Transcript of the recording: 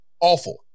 awful